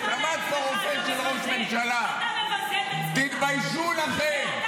יש דווקא.